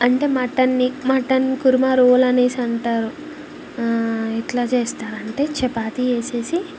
అంటే మటన్ని mutton korma roll అనేసి అంటారు ఎట్లా చేస్తారంటే చపాతి వేసేసి